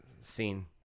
scene